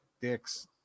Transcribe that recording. Dicks